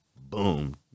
boom